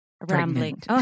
Rambling